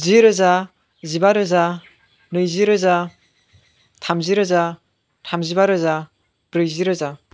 जि रोजा जिबा रोजा नैजि रोजा थामजि रोजा थामजिबा रोजा ब्रैजि रोजा